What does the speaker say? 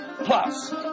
Plus